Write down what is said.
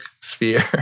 sphere